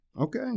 Okay